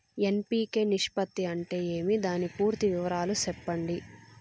NPK నిష్పత్తి అంటే ఏమి దాని పూర్తి వివరాలు సెప్పండి?